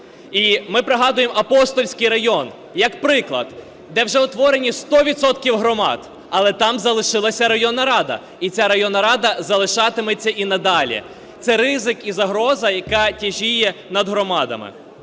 І ми пригадуємо Апостольський район, як приклад, де вже утворені 100 відсотків громад, але там залишилася районна рада і ця районна рада залишатиметься і надалі, це ризик і загроза, яка тяжіє над громадами.